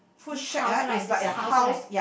this house right this house right